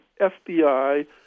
FBI